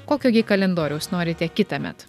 kokio gi kalendoriaus norite kitąmet